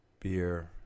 beer